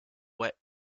wet